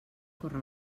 córrer